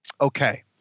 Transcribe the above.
Okay